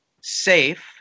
safe